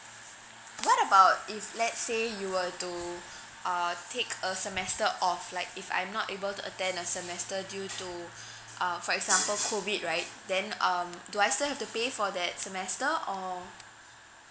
what about if let's say you were to uh take a semester off like if I'm not able to attend a semester due to uh for example COVID right then um do I still have to pay for that semester or